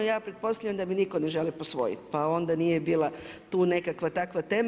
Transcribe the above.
Ja pretpostavljam da me nitko ne želi posvojiti, pa onda nije bila tu nekakva takva tema.